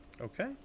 Okay